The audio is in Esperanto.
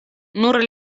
nur